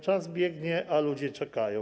Czas biegnie, a ludzie czekają.